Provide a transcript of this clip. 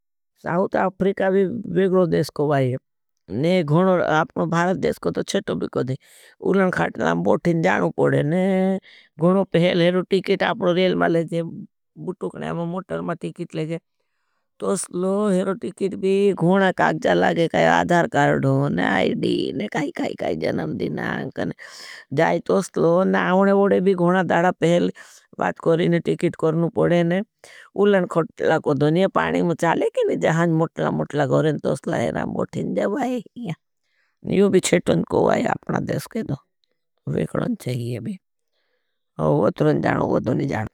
South Africa भी वेगलो देश को बाई है। ने गोनो, अपनो भारत देश को तो छेटो भी कदी। उलन खाटलां बोठिन जानू पड़े ने। गोनो पहल हेरो टीकिट आपनो रेल माले जें, बुटूकने आपनो मोटर मा टीकिट लेगे। तो स्लो हेरो टीकिट भी गोना काक्जा लागे। काई आधार कार्डो ने, आईडी ने, काई-काई-काई, जनम दिने आंकने जाए तो स्लो। नावने वडे भी गोना । दाड़ा पहल बात करी ने, टीकिट करनू पड़े ने। उलन खोटला कोड़ो ने, पाड़ी मुचाले की ने, जहांज मोटला-मोटला गहरें तो स्लो हेरां बोठें जब आये हियां। यो भी छेटन को आये आपना देश के दो। विकलन चाहिए भी। वो तुरण जानो, कोड़ो नी जानो।